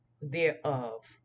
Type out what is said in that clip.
thereof